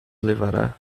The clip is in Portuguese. levará